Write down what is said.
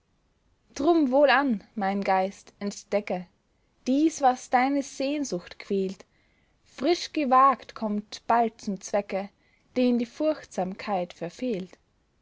drum wohlan mein geist entdecke dies was deine sehnsucht quält frisch gewagt kommt bald zum zwecke den die furchtsamkeit verfehlt